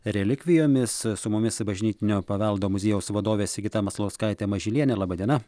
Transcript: relikvijomis su mumis bažnytinio paveldo muziejaus vadovė sigita maslauskaitė mažylienė laba diena